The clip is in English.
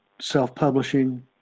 self-publishing